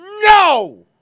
No